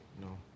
No